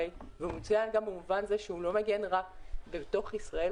והוא מצוין גם במובן זה שהוא לא מגן רק בתוך ישראל,